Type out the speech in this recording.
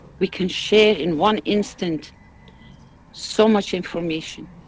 we can share in one instant so much information.